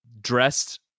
dressed